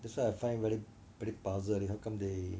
that's why I find very very puzzled leh how come they